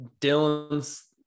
Dylan's